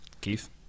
Keith